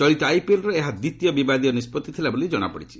ଚଳିତ ଆଇପିଏଲ୍ର ଏହା ଦ୍ୱିତୀୟ ବିବାଦୀୟ ନିଷ୍ପଭି ଥିଲା ବୋଲି ଜଣାପଡ଼ିଛି